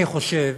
אני חושב